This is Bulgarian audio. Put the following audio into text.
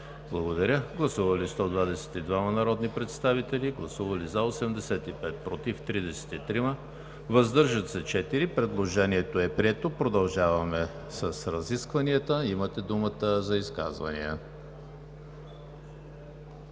предложение. Гласували 122 народни представители: за 85, против 33, въздържали се 4. Предложението е прието. Продължаваме с разискванията. Имате думата за изказвания.